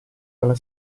dalla